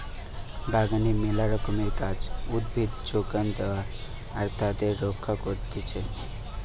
বাগানে মেলা রকমের গাছ, উদ্ভিদ যোগান দেয়া আর তাদের রক্ষা করতিছে